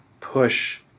push